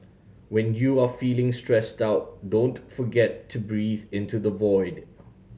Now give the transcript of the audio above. when you are feeling stressed out don't forget to breathe into the void